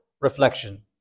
reflection